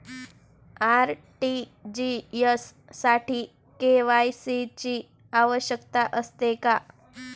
RTGS साठी KYC ची आवश्यकता आहे का?